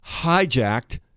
hijacked